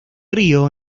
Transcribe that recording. río